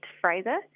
Fraser